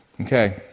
Okay